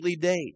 date